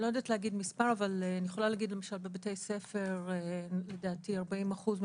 אני לא יודעת להגיד מספר אבל אני יכולה להגיד שלדעתי 40 אחוזים